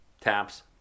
taps